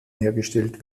hergestellt